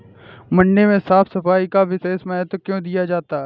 मंडी में साफ सफाई का विशेष महत्व क्यो दिया जाता है?